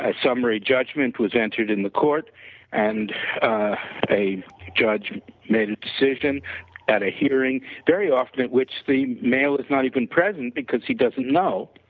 summary judgment was entered in the court and a judge made a decision at a hearing very often which the male is not even present because he doesn't know.